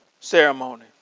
ceremony